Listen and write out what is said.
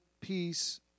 peace